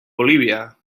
bolivia